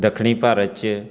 ਦੱਖਣੀ ਭਾਰਤ 'ਚ